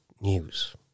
news